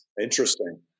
interesting